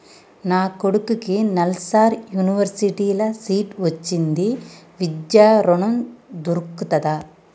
నా కొడుకుకి నల్సార్ యూనివర్సిటీ ల సీట్ వచ్చింది విద్య ఋణం దొర్కుతదా?